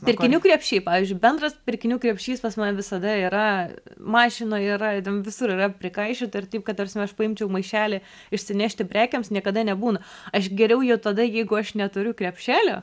pirkinių krepšiai pavyzdžiui bendras pirkinių krepšys pas mane visada yra mašinoj yra visur yra prikaišiota ir taip kad ta prasme aš paimčiau maišelį išsinešti prekėms niekada nebūna aš geriau jau tada jeigu aš neturiu krepšelio